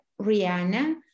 Rihanna